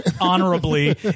honorably